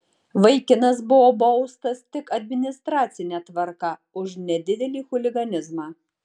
vaikinas buvo baustas tik administracine tvarka už nedidelį chuliganizmą